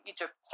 Egypt